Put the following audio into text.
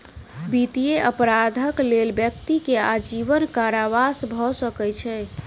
वित्तीय अपराधक लेल व्यक्ति के आजीवन कारावास भ सकै छै